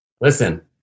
Listen